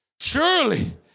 surely